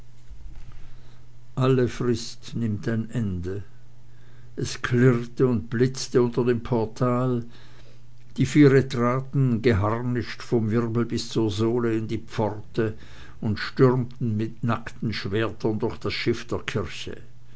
alle zeit und frist nimmt ein ende es klirrte und blitzte unter dem portal die viere traten geharnischt vom wirbel bis zur sohle in die pforte und stürmten mit nackten schwertern durch das schiff der kirche